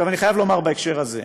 אני חייב לומר בהקשר הזה: